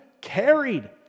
carried